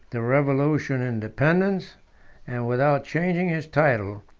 the revolution independence and, without changing his title,